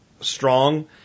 strong